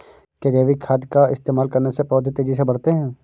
क्या जैविक खाद का इस्तेमाल करने से पौधे तेजी से बढ़ते हैं?